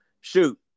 shoot